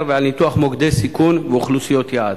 ועל ניתוח מוקדי סיכון באוכלוסיות יעד,